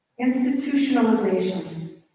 institutionalization